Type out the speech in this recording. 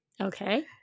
Okay